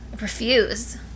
refuse